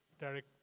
Derek